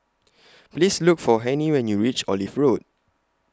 Please Look For Hennie when YOU REACH Olive Road